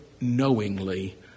knowingly